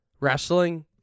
Wrestling